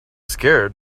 scared